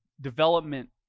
development